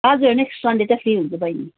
हजुर next Sunday चाहिँ free हुन्छु बहिनी